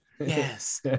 Yes